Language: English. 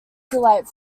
delight